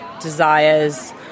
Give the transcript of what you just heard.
desires